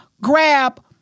grab